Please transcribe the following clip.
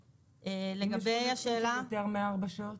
אם מישהו מגיע קצת יותר מארבע שעות?